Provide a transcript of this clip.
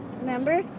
Remember